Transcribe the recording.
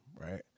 right